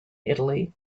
italy